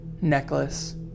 necklace